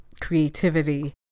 creativity